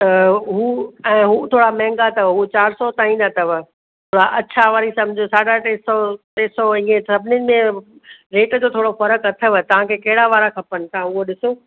त हू ऐं हू थोरा महांगा अथव उहा चारि सौ ताईं जा अथव अछा वरी समुझ साढा टे सौ टे सौ इहा सभिनिनि में रेट जो थोरो फ़र्क़ु अथव तव्हांखे कहिड़ा वारा खपनि तव्हां उहो ॾिसो